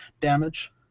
damage